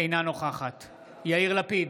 אינה נוכחת יאיר לפיד,